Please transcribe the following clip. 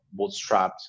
bootstrapped